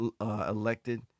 elected